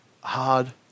hard